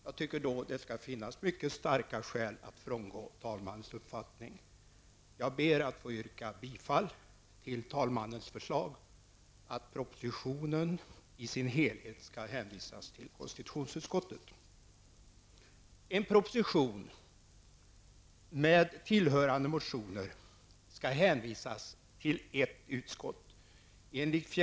Jag anser då att det skall finnas mycket starka skäl för att frångå talmannens uppfattning. Jag ber att få yrka bifall till talmannens förslag att propositionen i sin helhet skall hänvisas till konstitutionsutskottet.